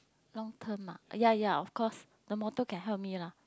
long term ah ya ya of course the motto can help me lah